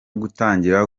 gutangirira